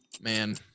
Man